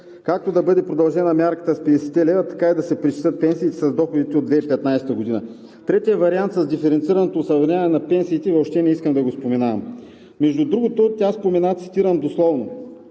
както да бъде продължена мярката с 50 лв., така и да се преизчислят пенсиите с доходите от 2015 г. Третият вариант с диференцираното осъвременяване на пенсиите въобще не искам да го споменавам. Между другото тя спомена, цитирам дословно: